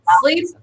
sleep